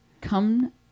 Come